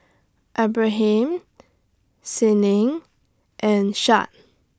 Ibrahim Senin and Syed